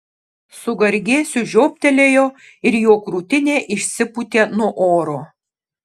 su gargėsiu žioptelėjo ir jo krūtinė išsipūtė nuo oro